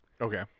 Okay